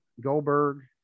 Goldberg